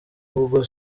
ubwo